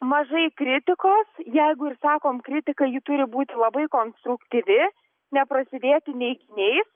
mažai kritikos jeigu ir sakom kritiką ji turi būti labai konstruktyvi neprasidėti neiginiais